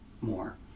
more